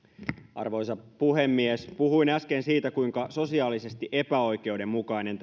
arvoisa puhemies puhuin äsken siitä kuinka sosiaalisesti epäoikeudenmukainen